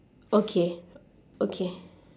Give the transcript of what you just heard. okay okay